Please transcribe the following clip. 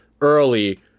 early